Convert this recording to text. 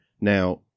Now